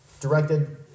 directed